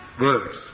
words